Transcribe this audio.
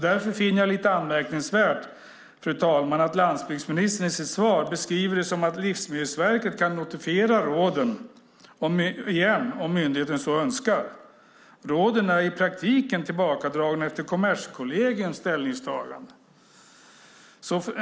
Därför finner jag det lite anmärkningsvärt att landsbygdsministern i sitt svar beskriver det som att Livsmedelsverket kan notifiera råden igen om myndigheten så önskar. Råden är ju i praktiken tillbakadragna efter Kommerskollegiums ställningstagande.